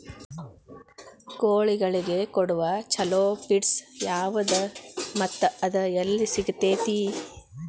ಕೋಳಿಗಳಿಗೆ ಕೊಡುವ ಛಲೋ ಪಿಡ್ಸ್ ಯಾವದ ಮತ್ತ ಅದ ಎಲ್ಲಿ ಸಿಗತೇತಿ?